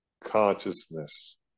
Consciousness